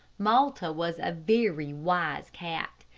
malta was a very wise cat.